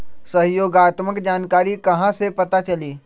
सहयोगात्मक जानकारी कहा से पता चली?